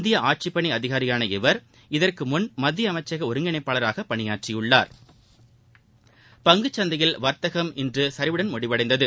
இந்திய ஆட்சிப்பணி அதிகாரியான இவர் மத்திய அமைச்சக ஒருங்கிணைப்பாளராக இதற்குமுன் பணியாற்றியுள்ளார் பங்குச் சந்தையில் வர்த்தகம் இன்று சரிவுடன் முடிவடைந்தது